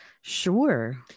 sure